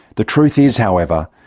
the truth is, however,